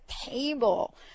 table